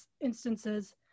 instances